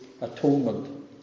atonement